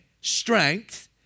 strength